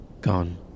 Gone